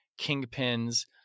kingpins